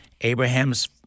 Abraham's